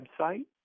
website